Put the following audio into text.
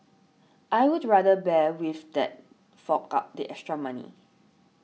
I would rather bear with that fork out the extra money